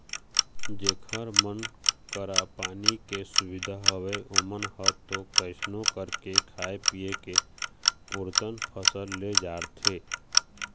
जेखर मन करा पानी के सुबिधा हवय ओमन ह तो कइसनो करके खाय पींए के पुरतन फसल ले डारथे